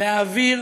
להעביר